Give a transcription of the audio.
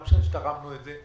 לא משנה שתרמנו את זה,